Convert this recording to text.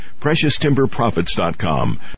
PreciousTimberProfits.com